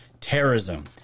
terrorism